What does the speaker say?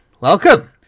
Welcome